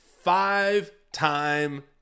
five-time